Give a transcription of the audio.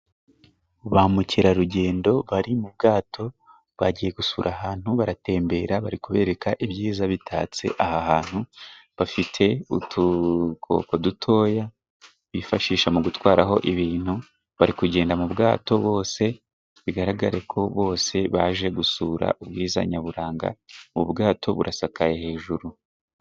Ba mukerarugendo bari mu bwato. Bagiye gusura ahantu ,baratembera bari kubereka ibyiza bitatse aha hantu . Bafite udukoko dutoya bifashisha mu gutwaraho ibintu . Bari kugenda mu bwato bose . Bigaragare ko bose baje gusura ubwiza nyaburanga . Ubwato burasakaye hejuru.